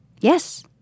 Yes